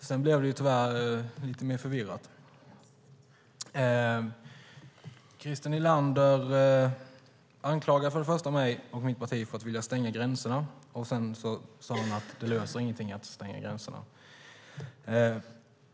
Sedan blev det tyvärr lite mer förvirrat. Först och främst anklagade Christer Nylander mig och mitt parti för att vilja stänga gränserna. Sedan sade han att det löser inga problem att stänga gränserna.